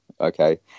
Okay